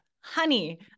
honey